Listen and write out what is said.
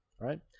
right